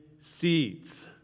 seeds